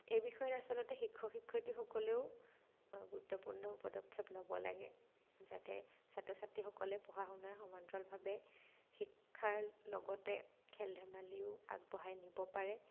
এই বিষয়ত আচলতে শিক্ষক শিক্ষয়িত্ৰীসকলেও গুৰুত্বপূৰ্ণ পদক্ষেপ ল'ব লাগে যাতে ছাত্ৰ ছাত্ৰীসকলে পঢ়া শুনাৰ সমান্তৰালভাৱে শিক্ষাৰ লগতে খেল ধেমালিও আগবঢ়াই নিব পাৰে